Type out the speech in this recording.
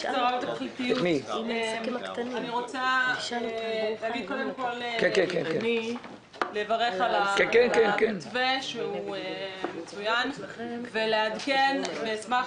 אני רוצה קודם כל לברך על המתווה שהוא מצוין ולעדכן ואשמח